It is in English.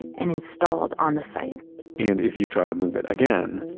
and installed on the site and if you try to move it again?